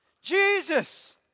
Jesus